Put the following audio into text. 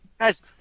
Guys